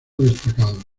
destacados